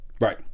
right